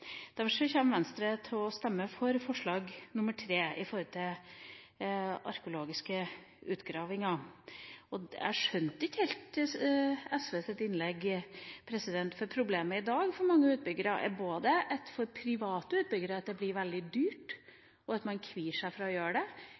Derfor kommer Venstre til å stemme for forslag nr. 3 når det gjelder arkeologiske utgravinger. Jeg skjønte ikke helt SVs innlegg, for problemet for mange utbyggere i dag er at det for private utbyggere blir veldig dyrt, og at man kvier seg for å gjøre det